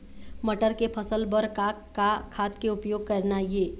मटर के फसल बर का का खाद के उपयोग करना ये?